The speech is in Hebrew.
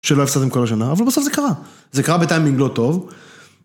שלא הפסדתם כל השנה, אבל בסוף זה קרה, זה קרה בטיימינג לא טוב.